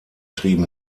trieben